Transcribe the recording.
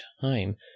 time